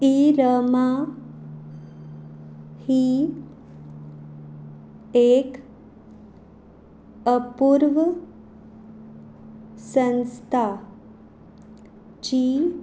ईरमा ही एक अपूर्व संस्था जी